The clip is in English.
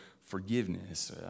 forgiveness